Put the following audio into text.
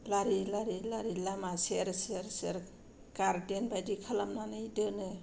लारि लारि लारि लामा सेर सेर गारदेन बायदि खालामनानै दोनो